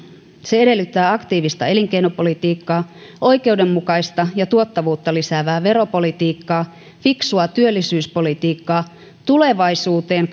se edellyttää aktiivista elinkeinopolitiikkaa oikeudenmukaista ja tuottavuutta lisäävää veropolitiikkaa fiksua työllisyyspolitiikkaa tulevaisuuteen